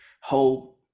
hope